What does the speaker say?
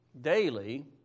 daily